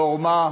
בעורמה,